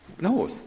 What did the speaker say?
No